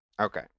Okay